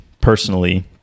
personally